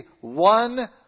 one